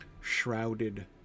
shrouded